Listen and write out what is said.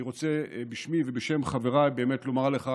אני רוצה בשמי ובשם חבריי באמת לומר לך